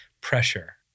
pressure